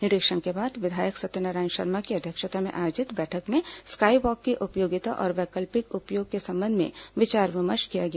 निरीक्षण के बाद विधायक सत्यनारायण शर्मा की अध्यक्षता में आयोजित बैठक में स्काई वॉक की उपयोगिता और वैकल्पिक उपयोग के संबंध में विचार विमर्श किया गया